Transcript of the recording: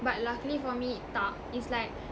but luckily for me tak it's like